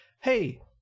hey